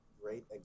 great